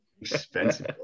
Expensive